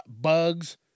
bugs